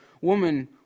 Woman